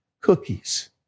cookies